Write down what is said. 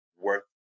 worth